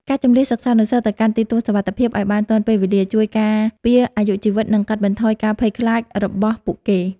ការជម្លៀសសិស្សានុសិស្សទៅកាន់ទីទួលសុវត្ថិភាពឱ្យបានទាន់ពេលវេលា ជួយការពារអាយុជីវិត និង កាត់បន្ថយការភ័យខ្លាចរបស់ពួកគេ។